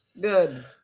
good